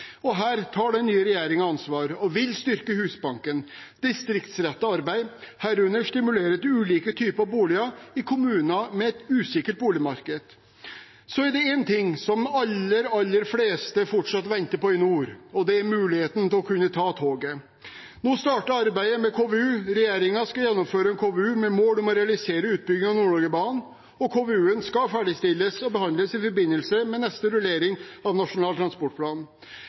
og det blir ingen bosetting av det. Her tar den nye regjeringen ansvar og vil styrke Husbanken, distriktsrettet arbeid, herunder stimulere til ulike typer boliger i kommuner med et usikkert boligmarked. Så er det en ting som de aller fleste fortsatt venter på i nord, og det er muligheten til å kunne ta toget. Nå starter arbeidet med KVU. Regjeringen skal gjennomføre en KVU med mål om å realisere utbygging av Nord-Norge-banen. KVU-en skal ferdigstilles og behandles i forbindelse med neste rullering av Nasjonal transportplan.